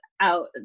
out